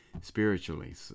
spiritually